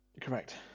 Correct